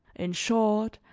in short,